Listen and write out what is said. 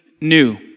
new